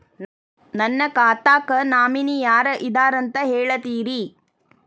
ನನ್ನ ಖಾತಾಕ್ಕ ನಾಮಿನಿ ಯಾರ ಇದಾರಂತ ಹೇಳತಿರಿ?